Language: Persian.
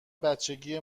بچگی